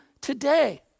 today